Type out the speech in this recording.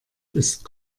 ist